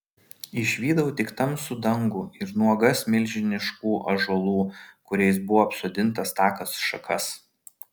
išvydau tik tamsų dangų ir nuogas milžiniškų ąžuolų kuriais buvo apsodintas takas šakas